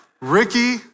Ricky